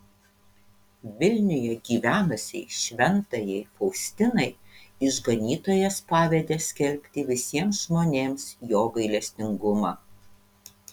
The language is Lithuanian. vilniuje gyvenusiai šventajai faustinai išganytojas pavedė skelbti visiems žmonėms jo gailestingumą